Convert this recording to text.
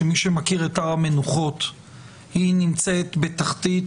ומי שמכיר את הר המנוחות יודע שהיא נמצאת בתחתית